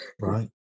right